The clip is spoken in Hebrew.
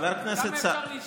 איפה סער?